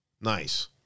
Nice